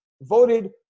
voted